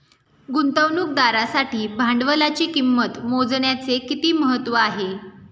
गुंतवणुकदारासाठी भांडवलाची किंमत मोजण्याचे किती महत्त्व आहे?